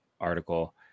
article